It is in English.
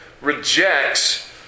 rejects